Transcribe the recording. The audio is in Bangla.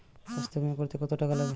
স্বাস্থ্যবীমা করতে কত টাকা লাগে?